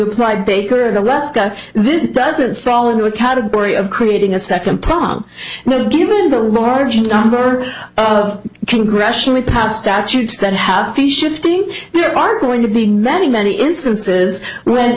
apply baker in alaska this doesn't fall into a category of creating a second prom and then given the large number of congressionally past statutes that have the shifting there are going to be many many instances when